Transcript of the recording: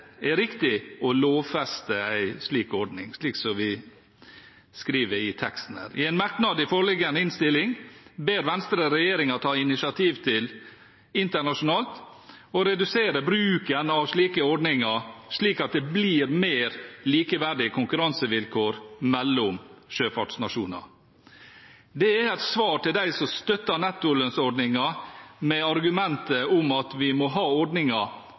er riktig å lovfeste en slik ordning, slik vi skriver i teksten. I en merknad i foreliggende innstilling ber Venstre regjeringen ta initiativ internasjonalt til å redusere bruken av slike ordninger, slik at det blir mer likeverdige konkurransevilkår mellom sjøfartsnasjoner. Det er et svar til dem som støtter nettolønnsordningen med argumentet om at vi må ha